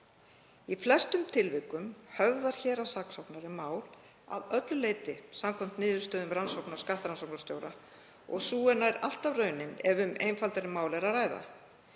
Í flestum tilvikum höfðar héraðssaksóknari mál að öllu leyti samkvæmt niðurstöðum rannsókna skattrannsóknarstjóra og sú er nær alltaf raunin ef um einfaldari mál er að ræða.